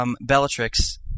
Bellatrix